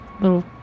little